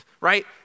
right